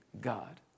God